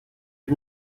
ich